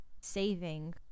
saving